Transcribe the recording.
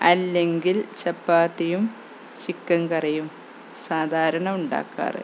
അല്ലെങ്കിൽ ചപ്പാത്തിയും ചിക്കൻ കറിയും സാധാരണ ഉണ്ടാക്കാറ്